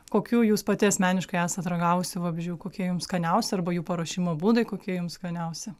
kokių jūs pati asmeniškai esat ragavusi vabzdžių kokie jum skaniausi arba jų paruošimo būdai kokie jum skaniausi